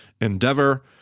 endeavor